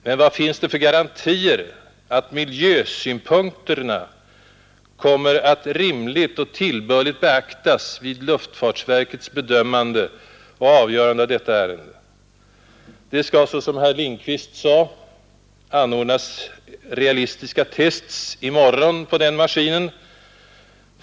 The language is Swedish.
Men vad finns det för garantier att miljösynpunkterna kommer att rimligt och tillbörligt beaktas vid luftfartsverkets bedömande och avgörande av detta ärende? Det skall, såsom herr Lindkvist sade, anordnas realistiska testningar i morgon på den maskinen.